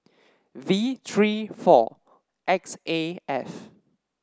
V three four X A F